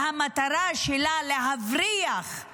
שהמטרה שלה היא להבריח